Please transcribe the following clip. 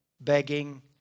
begging